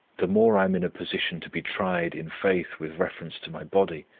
the more i am in a position to be tried in faith with reference to my body,